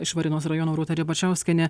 iš varėnos rajono rūta ribačiauskienė